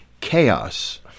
chaos